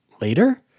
later